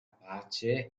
pace